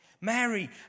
Mary